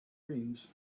dreams